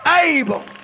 able